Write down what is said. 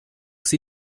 sie